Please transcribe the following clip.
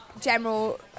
general